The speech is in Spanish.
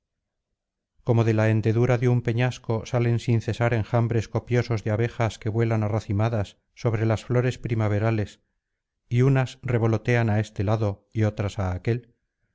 como de la hendedura de un peñasco salen sin cesar enjambres copiosos de abejas que vuelan arracimadas sobre las flores primaverales y unas revolotean á este lado y otras á aquel